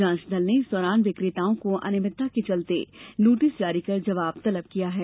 जांच दल ने इस दौरान विक्रेताओं को अनियमितता के चलते नोटिस जारी कर जवाब तलब किया है